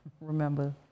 remember